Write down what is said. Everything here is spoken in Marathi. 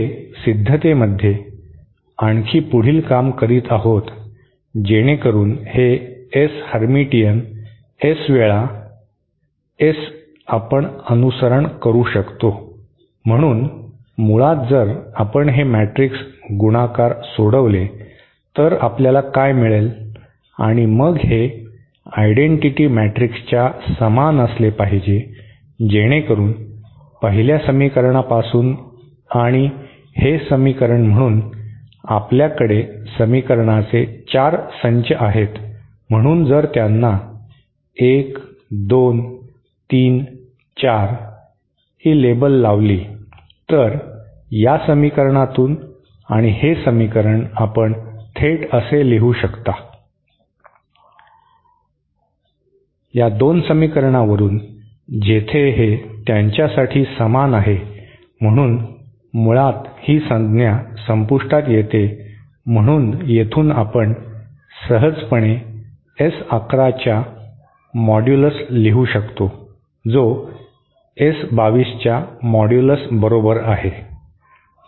पुढे सिद्धतेमध्ये आणखी पुढील काम करत आहोत जेणेकरुन हे S हर्मिटियन S वेळा S आपण अनुसरण करू शकतो म्हणून मुळात जर आपण हे मॅट्रिक्स गुणाकार सोडवले तर आपल्याला काय मिळेल आणि मग हे आयडेंटिटी मॅट्रिक्सच्या समान असले पाहिजे जेणेकरून पहिल्या समीकरणापासून आणि हे समीकरण म्हणून आपल्याकडे समीकरणाचे चार संच आहेत म्हणून जर त्यांना 1 2 3 4 हे लेबल लावले तर या समीकरणातून आणि हे समीकरण आपण थेट असे लिहू शकता या दोन समीकरणावरून जेथे हे त्यांच्यासाठी समान आहे म्हणून मुळात ही संज्ञा संपुष्टात येते म्हणून येथून आपण सहजपणे S 11 च्या मॉड्यूलस लिहू शकतो जो S 22 च्या मॉड्यूलस बरोबर आहे